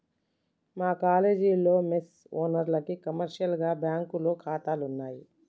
మా కాలేజీలో మెస్ ఓనర్లకి కమర్షియల్ బ్యాంకులో ఖాతాలున్నయ్